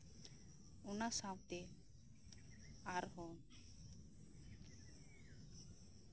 ᱚᱱᱟ ᱥᱟᱶᱛᱮ ᱟᱨᱦᱚᱸ